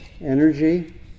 energy